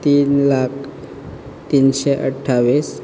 तीन लाख तिनशें अठ्ठावीस